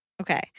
Okay